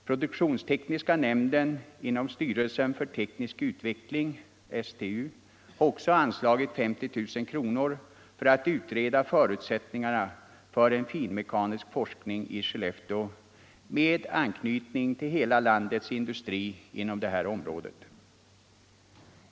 Produktionstekniska nämnden inom styrelsen för teknisk utveckling, STU, har också anslagit 50 000 kronor för utredning av förutsättningarna för en finmekanisk forskning i Skellefteå med anknytning till hela landets industri inom detta område.